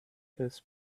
his